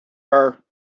her